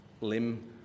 limb